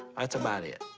that's about it.